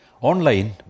Online